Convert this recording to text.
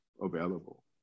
available